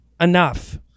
enough